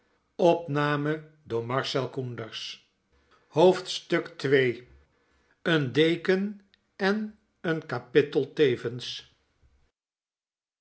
ii een deken en een kapittel tevens